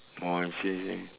oh I see I see